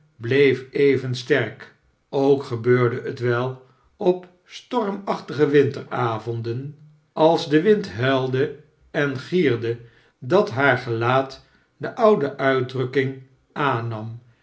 bleef even sterk ook gebeurde het wel op stormachtige winteravonden als de wind huilde en gierde dat haar gelaat de oude uitdrukkmg aannam